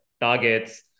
targets